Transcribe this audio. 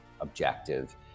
objective